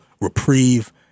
reprieve